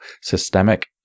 systemic